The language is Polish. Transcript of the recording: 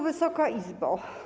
Wysoka Izbo!